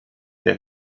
der